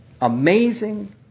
Amazing